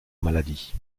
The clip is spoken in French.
maladie